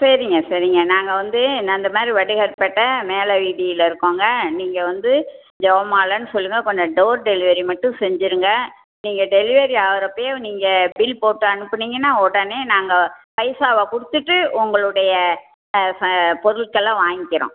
சரிங்க சரிங்க நாங்கள் வந்து நான் இந்த மாதிரி வடுகர்ப்பேட்டை மேலவீதியில் இருக்கோம்ங்க நீங்கள் வந்து ஜெபமாலைன்னு சொல்லுங்கள் கொஞ்சம் டோர் டெலிவரி மட்டும் செஞ்சிடுங்க நீங்கள் டெலிவரி ஆகிறப்பயே நீங்கள் பில் போட்டு அனுப்பினீங்கன்னா உடனே நாங்கள் பைசாவை கொடுத்துட்டு உங்களுடைய பொருட்கள்லாம் வாங்கிக்கிறோம்